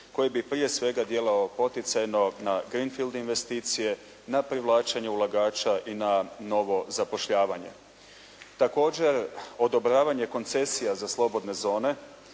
koji bi prije svega djelovao poticajno na «green field» investicije, na privlačenje ulagača i na novo zapošljavanja. Također odobravanje koncesija za slobodne zone